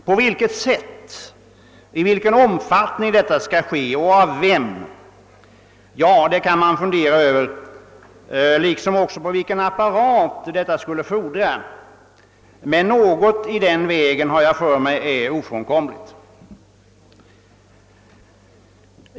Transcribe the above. På vilket sätt och i vilken omfattning detta skall göras och av vem kan man fundera över liksom också vilken apparat detta skulle fordra, men något i den vägen har jag för mig är ofrånkomligt.